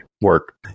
work